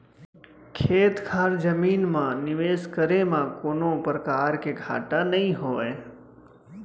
खेत खार जमीन म निवेस करे म कोनों परकार के घाटा नइ होवय